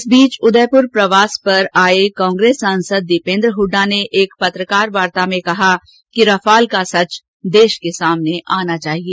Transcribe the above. इस बीच उदयपुर प्रवास पर आये कांग्रेस सांसद दीपेन्द्र हुड्डा ने एक पत्रकार वार्ता में कहा कि रफाल का सच देश के सामने आना चाहिए